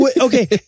Okay